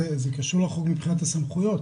זה קשור לחוק מבחינת הסמכויות.